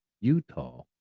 Utah